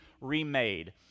remade